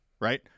Right